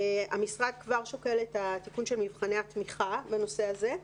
המשרד כבר שוקל את התיקון של מבחני התמיכה בנושא הזה.